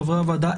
חברי הוועדה,